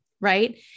right